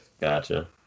gotcha